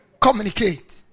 Communicate